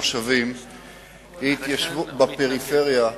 מושבים בפריפריה,